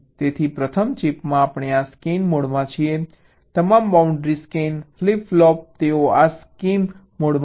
તેથી પ્રથમ ચિપમાં આપણે આ સ્કેન મોડમાં છીએ તમામ બાઉન્ડ્રી સ્કેન ફ્લિપ ફ્લોપ તેઓ આ સ્કેમ મોડમાં છે